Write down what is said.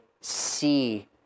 see